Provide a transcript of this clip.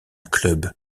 club